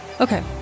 okay